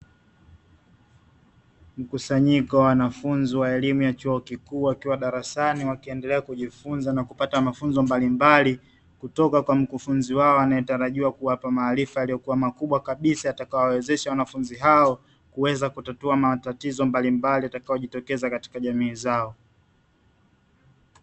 Mkusanyiko wa wanafunzi wa elimu ya chuo kikuu wakiwa darasani, wakiendelea kujifunza na kupata mafunzo mbalimbali, kutoka kwa mkufunzi wao anayetarajiwa kuwapa maarifa yaliyo makubwa kabisa, yatakayo wawezesha wanafunzi hao kuweza kutatua matatizo mbalimbali yatakayojitokeza katika jamii zao.